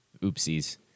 Oopsies